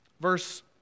Verse